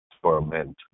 torment